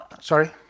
sorry